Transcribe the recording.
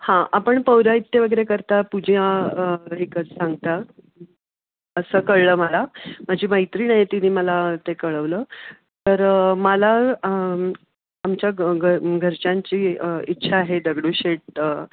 हां आपण पौराेहित्य वगैरे करता पूजा एकच सांगता असं कळलं मला माझी मैत्रीण आहे तिने मला ते कळवलं तर मला आमच्या ग गर घरच्यांची इच्छा आहे दगडूशेट